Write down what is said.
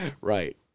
Right